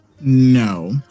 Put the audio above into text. no